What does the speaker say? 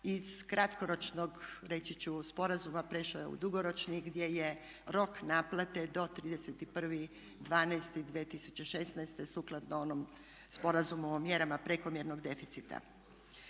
Iz kratkoročnog reći ću sporazuma prešao je u dugoročni gdje je rok naplate do 31.12.2016. sukladno onom sporazumu o mjerama prekomjernog deficita.